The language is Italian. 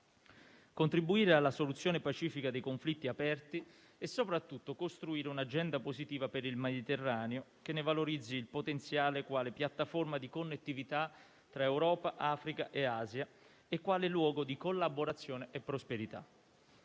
contribuire alla soluzione pacifica dei conflitti aperti e, soprattutto, costruire un'agenda positiva per il Mediterraneo che ne valorizzi il potenziale quale piattaforma di connettività tra Europa, Africa e Asia, e quale luogo di collaborazione e prosperità.